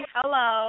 Hello